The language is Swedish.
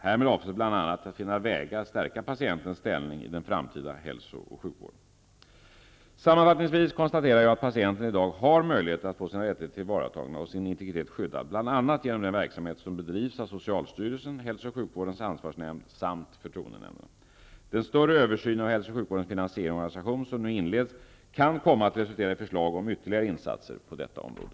Härmed avses bl.a. att finna vägar att stärka patientens ställning i den framtida hälso och sjukvården. Sammanfattningsvis konstaterar jag att patienten i dag har möjlighet att få sina rättigheter tillvaratagna och sin integritet skyddad bl.a. genom den verksamhet som bedrivs av socialstyrelsen, hälso och sjukvårdens ansvarsnämnd samt förtroendenämnderna. Den större översyn av hälso och sjukvårdens finansiering och organisation som nu inleds kan komma att resultera i förslag om ytterligare insatser på detta område.